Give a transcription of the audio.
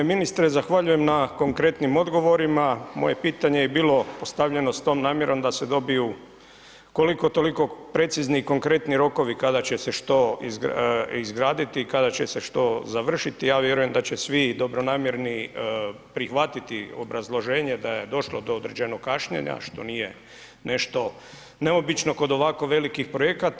g. Ministre zahvaljujem na konkretnim odgovorima, moje pitanje je bilo postavljeno s tom namjerom da se dobiju koliko toliko precizni i konkretni rokovi kada će se što izgraditi i kada će se što završiti, ja vjerujem da će svi dobronamjerni prihvatiti obrazloženje da je došlo do određenog kašnjenja što nije nešto neobično kod ovako velikih projekata.